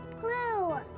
Blue